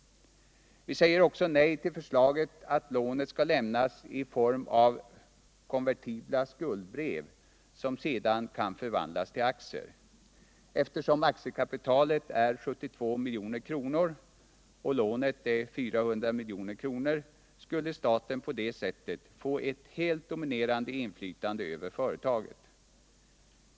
Vi säger också nej till förslaget att lånet skall lämnas i form av konvertibla skuldebrev som sedan kan förvandlas till aktier. Eftersom aktiekapitalet är 72 milj.kr. och lånet 400 milj.kr. skulle staten på det sättet få ett helt dominerande inflytande över företaget.